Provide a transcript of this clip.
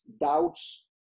doubts